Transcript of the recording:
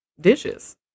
dishes